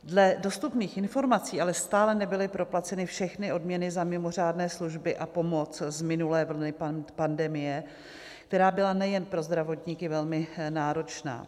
Dle dostupných informací ale stále nebyly proplaceny všechny odměny za mimořádné služby a pomoc z minulé vlny pandemie, která byla nejen pro zdravotníky velmi náročná.